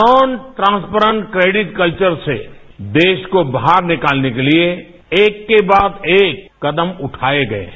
non transparent credit culture से देश को बाहर निकालने के लिए एक के बाद एक उठाए गए हैं